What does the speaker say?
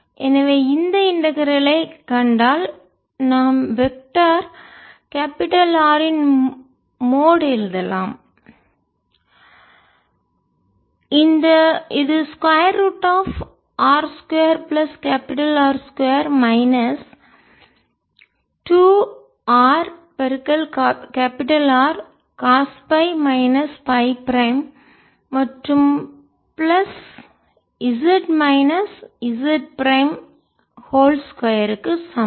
எனவே இந்த இன்டகரல் ஐ ஒருங்கிணைப்பை கண்டால் நாம் வெக்டர் கேபிடல் R இன் மோட் எழுதலாம் இது square root of r 2 plus capital R 2 minus 2 r capital R cos phi minus phi prime மற்றும் plus z minus z prime 2 க்கு சமம்